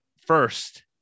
first